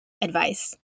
advice